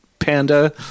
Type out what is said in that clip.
panda